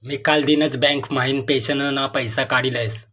मी कालदिनच बँक म्हाइन पेंशनना पैसा काडी लयस